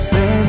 Say